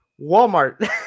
walmart